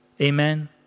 Amen